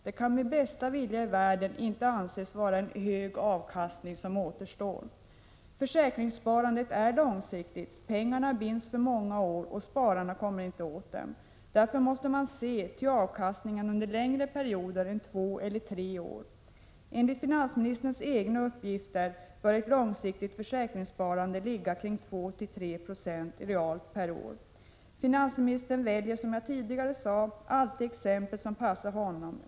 Det kan med bästa vilja i världen inte anses vara en hög avkastning som återstår. Försäkringssparande är långsiktigt. Pengarna binds för många år, och spararna kommer inte åt dem. Därför måste man se till avkastningen under längre perioder än två eller tre år. Enligt finansministerns egna uppgifter bör avkastningen för långsiktigt pensionssparande vara 2-3 Yo realt per år. Finansministern väljer, som jag tidigare sade, alltid exempel som passar honom.